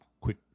quick